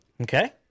Okay